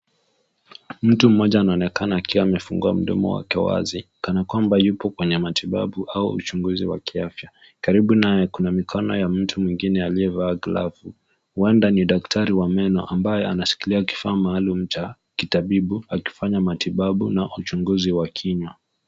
Mtu mmoja anaonekana akiwa amefungua mdomo wake wazi kana kwamba yuko kwenye matibabu au uchunguzi wa kiafya. Karibu naye kuna mkono ya mtu mwingine aliyevaa glavu, huenda ni daktari wa meno ambaye anashikilia kifaa maalum cha kitabibu, akifanya matibabu na uchunguzi wa kinywa.